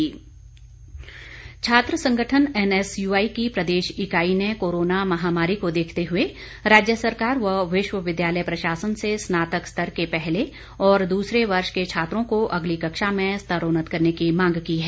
NSUI छात्र संगठन NSUI की प्रदेश इकाई ने कोरोना महामारी को देखते हुए राज्य सरकार व विश्वविद्यालय प्रशासन से स्नातक स्तर के पहले और दूसरे वर्ष के छात्रों को अगली कक्षा में स्तरोन्नत करने की मांग की है